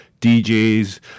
DJs